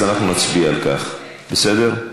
אז אנחנו נצביע על כך, בסדר?